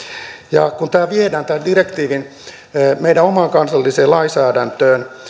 ja kun tämä direktiivi viedään meidän omaan kansalliseen lainsäädäntöön